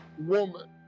woman